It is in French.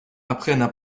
apprennent